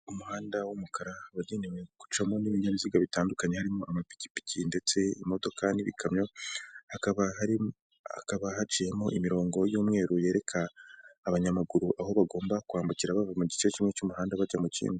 Umuhanda w'umukara, wagenewe gucamo n'ibinyabiziga bitandukanye, harimo amapikipiki, ndetse imodoka n'ibikamyo, hakaba haciyemo imirongo y'umweru yereka abanyamaguru aho bagomba kwambukira, bava mu gice kimwe cy'umuhanda bajya mu kindi.